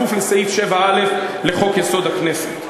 בכפוף לסעיף 7א לחוק-יסוד: הכנסת.